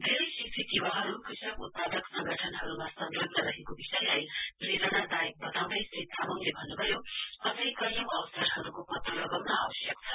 धेरै शिक्षित युवाहरु कृषक उत्पादक संगठनहरु सलंग्न रहेको विषयलाई प्रेणादायक बताउँदै श्री तामाङले भन्नुभयो अझै कैँयो अवसरहरुको पत्तो लगाउन आवश्यक छ